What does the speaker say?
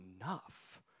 enough